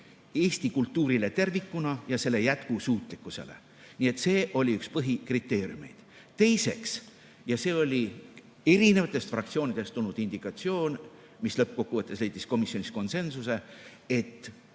Eesti kultuurile ja selle jätkusuutlikkusele tervikuna. See oli üks põhikriteeriumeid. Teiseks – ja see oli erinevatest fraktsioonidest tulnud indikatsioon, mis lõppkokkuvõttes leidis komisjonis konsensuse –,